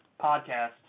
podcast